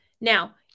Now